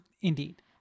Indeed